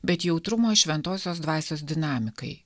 bet jautrumo šventosios dvasios dinamikai